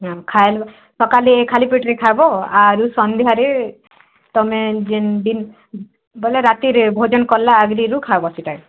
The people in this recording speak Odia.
ହଁ ଖାଇଲେ ସକାଳେ ଖାଲି ପେଟରେ ଖାବୋ ଆରୁ ସନ୍ଧ୍ୟାରେ ତମେ ଯେନ୍ ଦିନ୍ ବୋଲେ ରାତିରେ ଭୋଜନ୍ କଲା ଆଗେରିରୁ ଖାଇବ ସେଟା